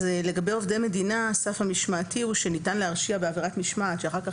לגבי עובדי מדינה הסף המשמעתי הוא שניתן להרשיע בעבירת משמעת שאחר כך